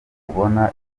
kubona